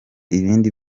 ibindi